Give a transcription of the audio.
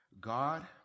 God